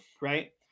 right